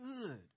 good